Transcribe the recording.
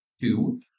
two